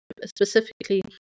Specifically